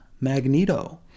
Magneto